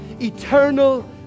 eternal